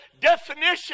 definition